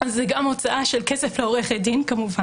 אז זו גם הוצאה של כסף לעורכת הדין כמובן